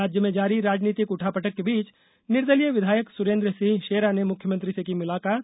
राज्य में जारी राजनीतिक उठापटक के बीच निर्दलीय विधायक सुरेन्द्र सिंह शेरा ने मुख्यमंत्री से की मुलाकात